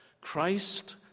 Christ